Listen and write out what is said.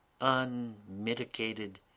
UNMITIGATED